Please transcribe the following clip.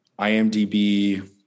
IMDB